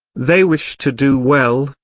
they wish to do well,